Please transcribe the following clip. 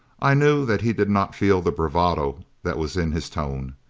i knew that he did not feel the bravado that was in his tone.